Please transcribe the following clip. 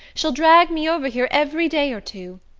she'll drag me over here every day or two.